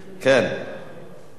אדוני היושב-ראש,